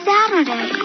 Saturday